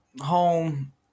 home